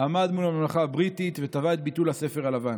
עמד מול הממלכה הבריטית ותבע את ביטול הספר הלבן.